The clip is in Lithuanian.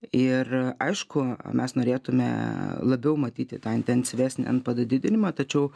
ir aišku mes norėtume labiau matyti tą intensyvesnį npd didinimą tačiau